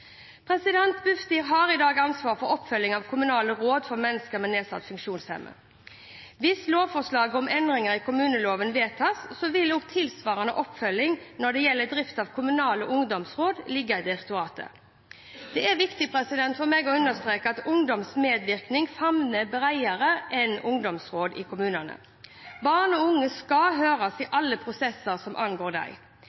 Bufdir har i dag ansvaret for oppfølgingen av kommunale råd for mennesker med nedsatt funksjonsevne. Hvis lovforslaget om endringer i kommuneloven vedtas, vil tilsvarende oppfølging når det gjelder drift av kommunale ungdomsråd, ligge i direktoratet. Det er viktig for meg å understreke at ungdomsmedvirkning favner bredere enn ungdomsråd i kommunene. Barn og unge skal høres i